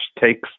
takes